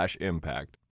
impact